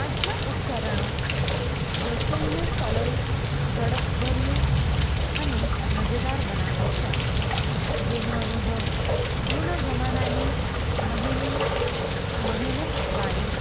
આજના ઉપકરણો રસોઈને સરળ ઝડપભર્યું અને મજેદાર બનાવે છે જેનો અનુભવ જૂના જમાનાની મહેનતવાળી